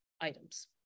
items